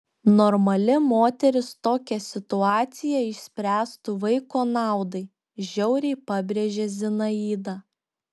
normali moteris tokią situaciją išspręstų vaiko naudai žiauriai pabrėžė zinaida